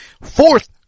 Fourth